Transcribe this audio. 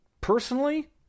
Personally